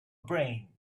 brain